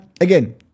Again